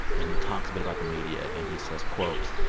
and he talks a bit about the media. and he says, quote,